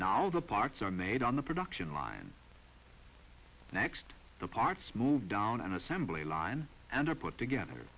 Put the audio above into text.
now the parts are made on the production line next the parts move down an assembly line and are put together